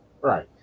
Right